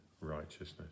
righteousness